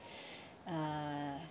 ah